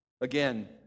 Again